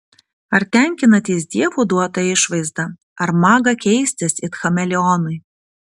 ar tenkinatės dievo duota išvaizda ar maga keistis it chameleonui